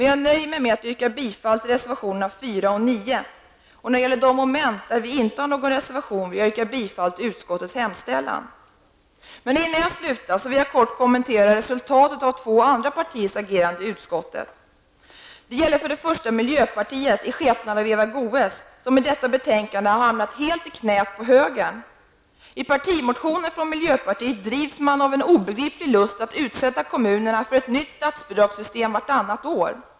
Jag nöjer mig med att yrka bifall till reservationerna 4 och 9. När det gäller de moment där vi inte har någon reservation vill jag yrka bifall till utskottets hemställan. Avslutningsvis vill jag kort kommentera resultatet av två andra partiers agerande i utskottet. Det gäller för det första miljöpartiet i skepnad av Eva Goe s, som i detta betänkande har hamnat helt i knät på högern. I partimotionen från miljöpartiet drivs man av en obegriplig lust att utsätta kommunerna för ett nytt statsbidragssystem vartannat år.